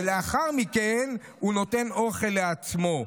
ולאחר מכן נותנים אוכל לעצמם.